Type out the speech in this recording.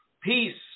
peace